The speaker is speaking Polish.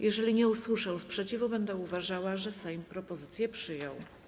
Jeżeli nie usłyszę sprzeciwu, będę uważała, że Sejm propozycję przyjął.